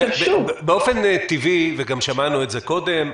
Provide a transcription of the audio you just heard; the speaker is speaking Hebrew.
באופן טבעי, וגם שמענו את זה קודם,